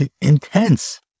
intense